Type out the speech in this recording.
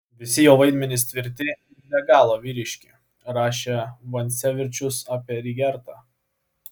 visi jo vaidmenys tvirti ir be galo vyriški rašė vancevičius apie rygertą